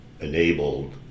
enabled